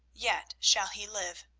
yet shall he live.